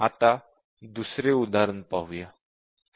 आता दुसरे उदाहरण पाहू